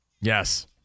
Yes